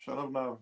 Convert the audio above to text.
Szanowna.